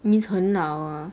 means 很老啊